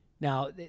now